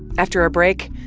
after a break,